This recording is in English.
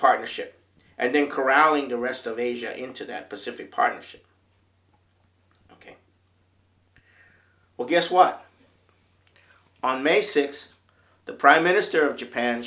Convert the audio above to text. partnership and then corralling the rest of asia into that pacific partnership ok well guess what on may sixth the prime minister of japan